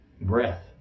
breath